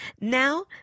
Now